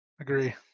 Agree